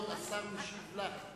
הכבוד, השר משיב לך.